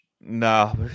No